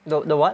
the the what